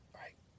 right